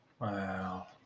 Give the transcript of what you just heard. Wow